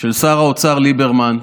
של שר האוצר ליברמן,